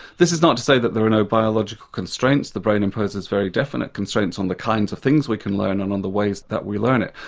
this is not to say that there are no biological constraints the brain imposes very definite constraints on the kinds of things we can learn and on the ways that we learn it.